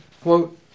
quote